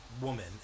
woman